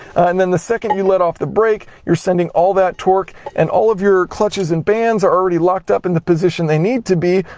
and then the second you let off the brake, you're sending all the torque, and all of your clutches and bands are already locked up in the position they need to be,